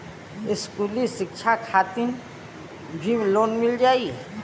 इस्कुली शिक्षा खातिर भी लोन मिल जाई?